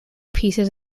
pieces